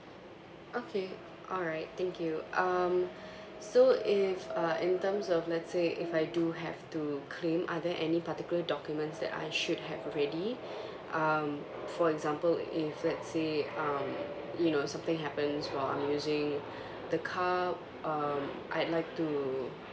okay alright thank you um so if uh in terms of let's say if I do have to claim are there any particular documents that I should have ready um for example if let's say um you know something happens while I'm using the car um I'd like to